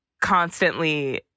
constantly